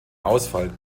ausfall